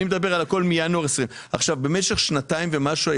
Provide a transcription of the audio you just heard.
מינואר 2020. במשך שנתיים ומשהו,